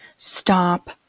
Stop